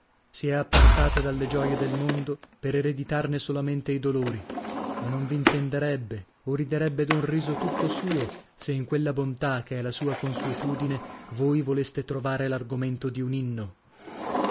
si è appartata dalle gioie del mondo per ereditarne solamente i dolori ma non v'intenderebbe o riderebbe d'un riso tutto suo se in quella bontà che è la sua consuetudine voi voleste trovare l'argomento di un inno